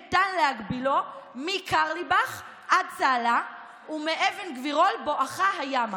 ניתן להגבילו מקרליבך עד צהלה ומאבן גבירול בואכה הימה.